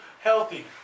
healthy